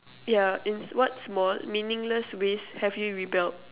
yeah in what small meaningless ways have you rebelled